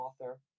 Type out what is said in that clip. author